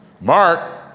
Mark